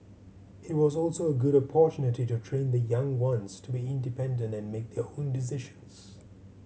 it was also a good opportunity to train the young ones to be independent and make their own decisions